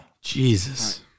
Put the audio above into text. Jesus